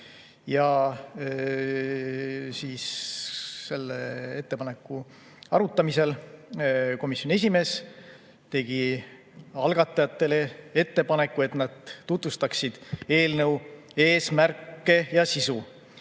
istungil. Selle ettepaneku arutamisel tegi komisjoni esimees algatajatele ettepaneku, et nad tutvustaksid eelnõu eesmärke ja sisu.